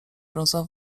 brązo